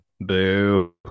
Boo